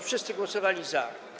Wszyscy głosowali za.